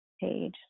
page